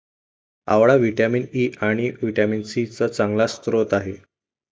आवळा vitamin E आणि vitamin C चा चांगला स्रोत आहे